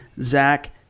Zach